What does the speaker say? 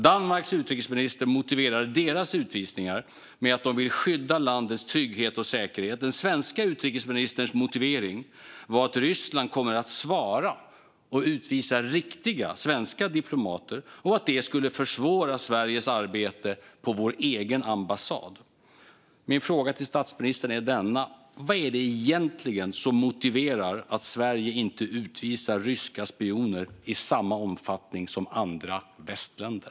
Danmarks utrikesminister motiverade deras utvisningar med att de vill skydda landets trygghet och säkerhet. Den svenska utrikesministerns motivering var att Ryssland kommer att svara och utvisa riktiga svenska diplomater och att det skulle försvåra Sveriges arbete på vår egen ambassad. Min fråga till statsministern är denna: Vad är det egentligen som motiverar att Sverige inte utvisar ryska spioner i samma omfattning som andra västländer?